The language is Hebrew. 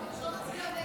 כדי שלא נצביע נגד.